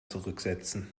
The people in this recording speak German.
zurücksetzen